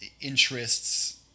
interests